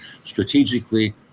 strategically